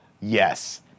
yes